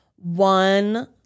One